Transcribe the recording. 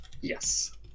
Yes